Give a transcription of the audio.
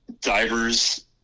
divers